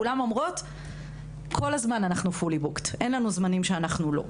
כולם אמרו שכל הזמן הם מלאים ואין זמנים שהם לא.